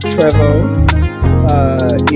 Trevor